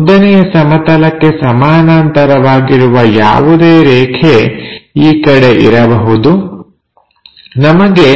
ಉದ್ದನೆಯ ಸಮತಲಕ್ಕೆ ಸಮಾನಾಂತರವಾಗಿರುವ ಯಾವುದೇ ರೇಖೆ ಈ ಕಡೆ ಇರಬಹುದು ನಮಗೆ